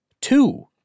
Two